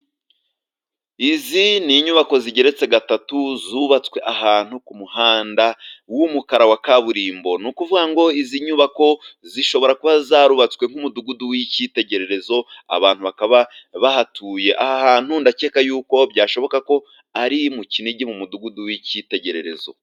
izi ni inyubako zigeretse gatatu, zubatswe ahantu ku muhanda w'umukara wa kaburimbo. Ni ukuvuga ngo izi nyubako zishobora kuba zarubatswe nk'umudugudu w'icyitegererezo, abantu bakaba bahatuye. Aha hantu ndakeka yuko byashoboka ko ari mu Kinigi, mu Mudugudu w'icyitegererezo.